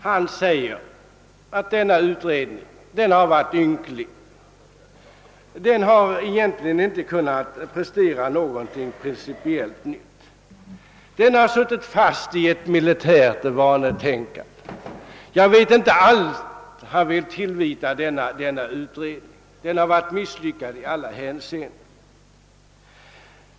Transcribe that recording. Han säger att denna utredning har varit ynklig — den har egentligen inte kunnat prestera någonting principiellt nytt, den har suttit fast i ett militärt vanetänkande. Ja, jag vet inte allt vad det var som han ville tillvita utredningen; den har enligt hans uppfattning varit misslyckad i alla hänseenden.